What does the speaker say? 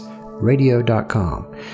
radio.com